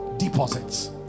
Deposits